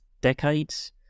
decades